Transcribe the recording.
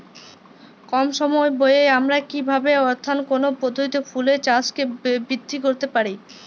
কম সময় ব্যায়ে আমরা কি ভাবে অর্থাৎ কোন পদ্ধতিতে ফুলের চাষকে বৃদ্ধি করতে পারি?